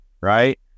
right